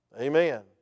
Amen